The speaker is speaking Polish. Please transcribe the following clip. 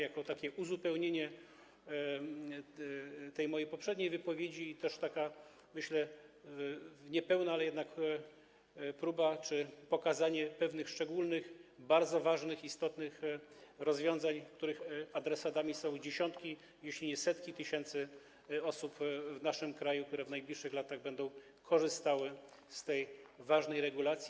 Jest to takie uzupełnienie mojej poprzedniej wypowiedzi i też taka, myślę, niepełna, ale jednak próba pokazania pewnych szczególnych, bardzo ważnych, istotnych rozwiązań, których adresatami są dziesiątki, jeśli nie setki tysięcy osób w naszym kraju, które w najbliższych latach będą korzystały z tej ważnej regulacji.